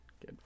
Good